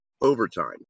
overtime